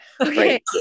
okay